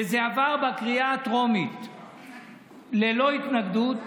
וזה עבר בקריאה הטרומית ללא התנגדות,